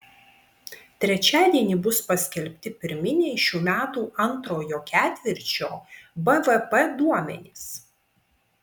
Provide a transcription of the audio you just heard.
trečiadienį bus paskelbti pirminiai šių metų antrojo ketvirčio bvp duomenys